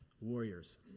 warriors